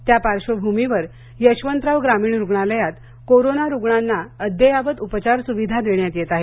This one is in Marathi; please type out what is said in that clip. त्या पार्शंभूमीवर यशवंतराव ग्रामीण रूग्णालयात कोरोना रूग्णांना अद्ययावत उपचार सुविधा देण्यात येत आहेत